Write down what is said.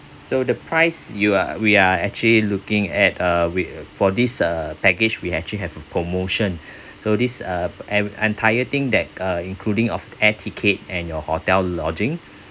so the price you are we are actually looking at uh with for this uh package we actually have a promotion so this uh an entire thing that uh including of air ticket and your hotel lodging